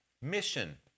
mission